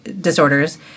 disorders